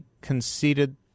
conceded